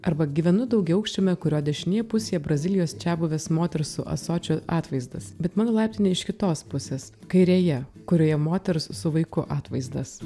arba gyvenu daugiaaukščiame kurio dešinėje pusėje brazilijos čiabuvės moters su ąsočiu atvaizdas bet mano laiptinė iš kitos pusės kairėje kurioje moters su vaiku atvaizdas